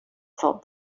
thought